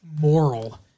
moral